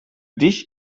dich